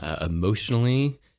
emotionally